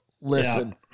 listen